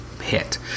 hit